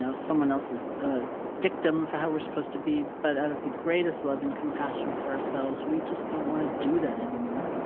someone else's ah dictum for how we're supposed to be, but out of the greatest love and compassion for ourselves. we just don't want to do that anymore